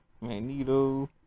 Magneto